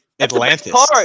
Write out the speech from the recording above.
Atlantis